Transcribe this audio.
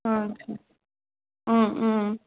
ஆ சரி ம்ம்